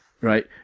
right